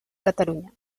catalunya